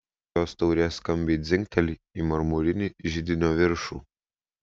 jos taurė skambiai dzingteli į marmurinį židinio viršų